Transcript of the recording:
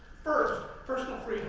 first, personal